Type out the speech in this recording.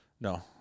no